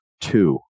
two